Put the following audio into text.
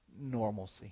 normalcy